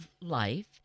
life